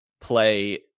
play